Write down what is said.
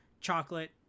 chocolate